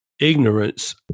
ignorance